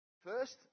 First